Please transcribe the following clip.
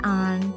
on